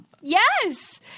Yes